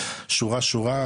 שורה-שורה,